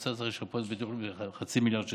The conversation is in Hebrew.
האוצר צריך לשפות את ביטוח לאומי בחצי מיליארד שקלים.